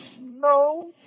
No